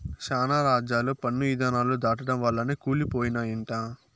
శానా రాజ్యాలు పన్ను ఇధానాలు దాటడం వల్లనే కూలి పోయినయంట